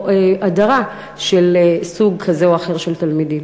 או הדרה של סוג כזה או אחר של תלמידים.